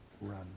run